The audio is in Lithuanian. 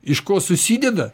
iš ko susideda